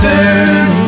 Turn